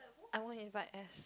I won't invite S